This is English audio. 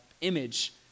image